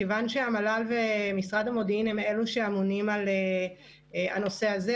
כיוון שהמל"ל ומשרד המודיעין הם אלה שאמונים על הנושא הזה,